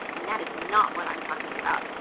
and that is not what i'm talking about.